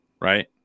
right